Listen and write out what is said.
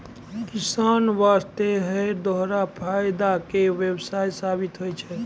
किसान वास्तॅ है दोहरा फायदा के व्यवसाय साबित होय छै